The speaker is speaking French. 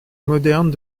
moderne